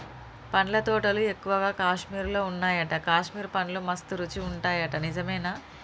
పండ్ల తోటలు ఎక్కువగా కాశ్మీర్ లో వున్నాయట, కాశ్మీర్ పండ్లు మస్త్ రుచి ఉంటాయట నిజమేనా